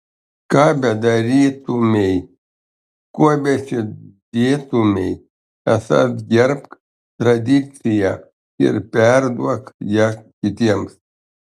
ką bedarytumei kuo besidėtumei esąs gerbk tradiciją ir perduok ją kitiems